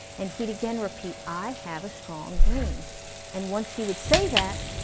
and he'd again repeat, i have a strong brain and once he would say that,